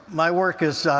my work is